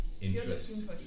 interest